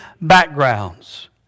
backgrounds